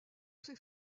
ces